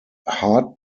hard